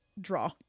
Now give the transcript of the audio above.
draw